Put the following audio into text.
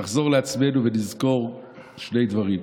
נחזור לעצמנו ונזכור שני דברים.